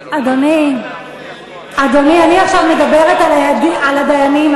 אדוני, אני עכשיו מדברת על הדיינים.